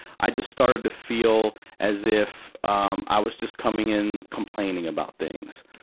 i just started to feel as if, um, i was just coming in complaining about things.